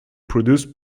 produced